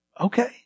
okay